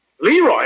Leroy